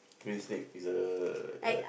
green snake it's a a